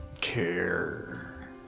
care